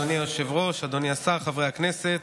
אדוני היושב-ראש, אדוני השר, חברי הכנסת,